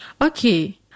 Okay